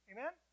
Amen